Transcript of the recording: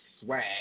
Swag